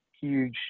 huge